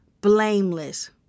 Blameless